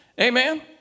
Amen